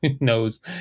knows